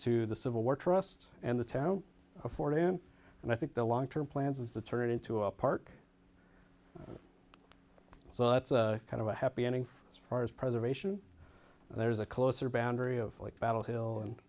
to the civil war trust and the town afforded him and i think the long term plans is to turn it into a park so it's a kind of a happy ending as far as preservation there's a closer boundary of battle hill and